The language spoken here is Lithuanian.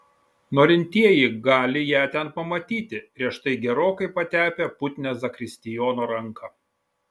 norintieji gali ją ten pamatyti prieš tai gerokai patepę putnią zakristijono ranką